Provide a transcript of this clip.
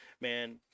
Man